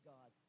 God